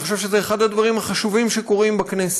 אני חושב שזה אחד הדברים החשובים שקורים בכנסת,